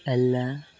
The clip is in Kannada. ಅಲ್ಲ